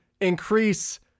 increase